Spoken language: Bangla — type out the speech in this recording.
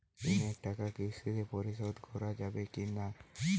ঋণের টাকা কিস্তিতে পরিশোধ করা যাবে কি না?